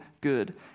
good